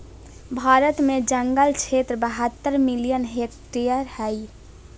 भारत में जंगल क्षेत्र बहत्तर मिलियन हेक्टेयर हइ